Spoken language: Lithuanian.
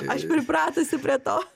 aš pripratusi prie to